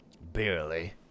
Barely